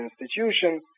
institution